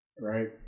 Right